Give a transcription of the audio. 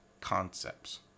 concepts